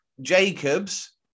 Jacobs